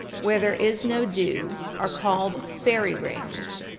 where there is no dew, are called fairy rings.